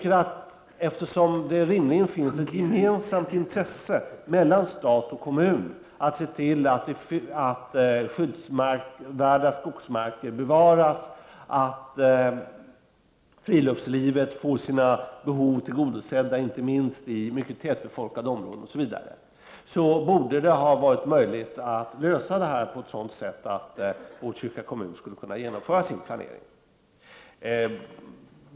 Eftersom det rimligen finns ett gemensamt intresse mellan stat och kommun att se till att skyddsvärda skogsmarker bevaras, att friluftslivet får sina behov tillgodosedda inte minst i mycket tätbefolkade områden osv., borde det ha varit möjligt att lösa detta på ett sådant sätt att Botkyrka kommun kunde genomföra sin planering.